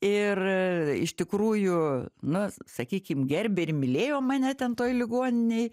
ir iš tikrųjų na sakykim gerbė ir mylėjo mane ten toj ligoninėj